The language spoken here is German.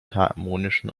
harmonischen